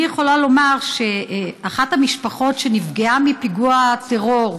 אני יכולה לומר שאחת המשפחות שנפגעו בפיגוע טרור,